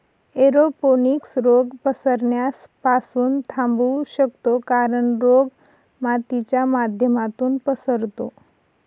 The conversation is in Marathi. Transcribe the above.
एरोपोनिक्स रोग पसरण्यास पासून थांबवू शकतो कारण, रोग मातीच्या माध्यमातून पसरतो